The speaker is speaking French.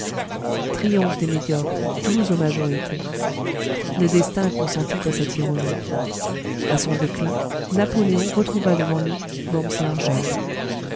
triomphe des médiocres doux aux majorités le destin consentit à cette ironie à son déclin napoléon retrouva devant lui wurmser jeune